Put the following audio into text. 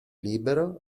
libero